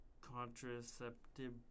contraceptive